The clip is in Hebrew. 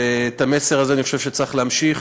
את המסר הזה אני חושב שצריך להמשיך,